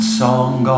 song